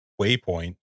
waypoint